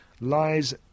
lies